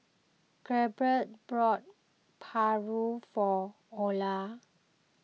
Gabriel bought Paru for Olar